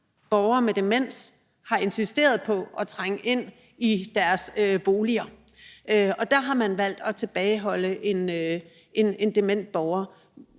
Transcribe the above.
borgere med demens har insisteret på at trænge ind i deres boliger, og der har man valgt at tilbageholde en dement borger.